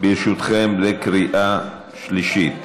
ברשותכם, לקריאה שלישית.